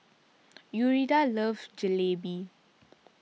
Yuridia loves Jalebi